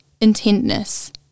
intentness